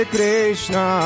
Krishna